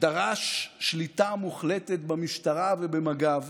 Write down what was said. לא דרש שליטה במינהל האזרחי כי זה התחביב